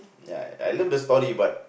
ya I love the story but